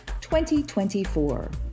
2024